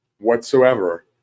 whatsoever